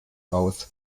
aus